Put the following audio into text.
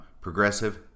progressive